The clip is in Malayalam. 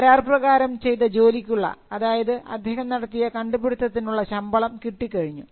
കരാർപ്രകാരം ചെയ്ത ജോലിക്കുള്ള അതായത് അദ്ദേഹം നടത്തിയ കണ്ടുപിടിത്തത്തിനുള്ള ശമ്പളം കിട്ടി കഴിഞ്ഞു